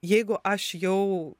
jeigu aš jau